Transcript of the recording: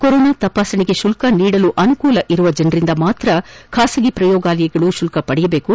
corona ತಪಾಸಣೆಗೆ ಶುಲ್ತ ನೀಡಲು ಅನುಕೂಲವಿರುವ ಜನರಿಂದ ಮಾತ್ರ ಖಾಸಗಿ ಪ್ರಯೋಗಾಲಯಗಳು ಶುಲ್ತ ಪಡೆಯಬೇಕು